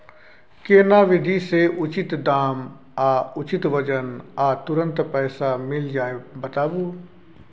केना विधी से उचित दाम आ उचित वजन आ तुरंत पैसा मिल जाय बताबू?